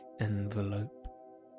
envelope